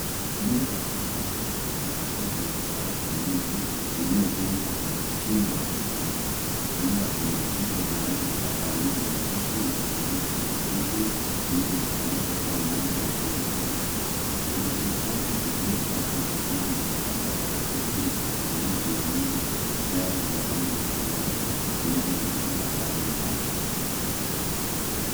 Nyumba ya kisasa ya kifahari yenye ghorofa mbili iliyojengwa kwa mtindo wa kisasa. Nyumba ina kuta za rangi ya kahawia nyepesi na madirisha makubwa mengi yanayotoa mwanga wa kutosha ndani. Kuna bustani iliyokatwa vizuri na njia ya kuingia iliyotengenezwa kwa vigae vya rangi ya udongo inayoongoza hadi mlango kuu.